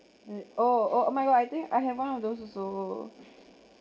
oh oh my god I think I have one of those also